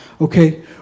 Okay